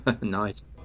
Nice